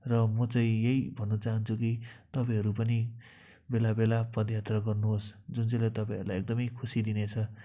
र मो चाहिँ यही भन्न चाहान्छु कि तपाईँहरू पनि बेला बेला पदयात्रा गर्नुहोस् जुन चाहिँलाई तपाईंहरूलाई एकदमै खुसी दिनेछ